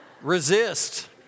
Resist